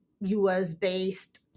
US-based